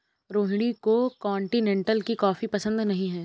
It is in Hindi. रोहिणी को कॉन्टिनेन्टल की कॉफी पसंद नहीं है